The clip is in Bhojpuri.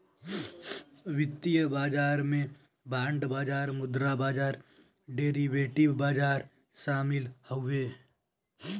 वित्तीय बाजार में बांड बाजार मुद्रा बाजार डेरीवेटिव बाजार शामिल हउवे